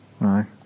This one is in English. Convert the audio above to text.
Aye